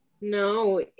no